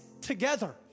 together